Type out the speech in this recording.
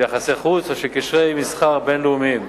של יחסי חוץ או של קשרי מסחר בין-לאומיים.